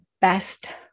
best